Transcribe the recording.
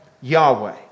Yahweh